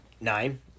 nine